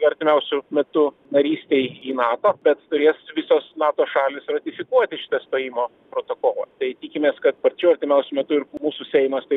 artimiausiu metu narystei į nato bet turės visos nato šalys ratifikuoti šitą stojimo protokolą tai tikimės kad pačiu artimiausiu metu ir mūsų seimas tai